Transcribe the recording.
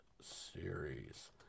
series